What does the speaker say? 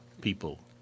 people